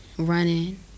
running